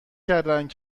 کردهاند